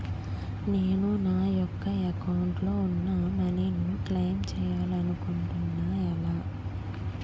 నేను నా యెక్క అకౌంట్ లో ఉన్న మనీ ను క్లైమ్ చేయాలనుకుంటున్నా ఎలా?